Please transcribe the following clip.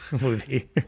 movie